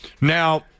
Now